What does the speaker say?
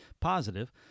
positive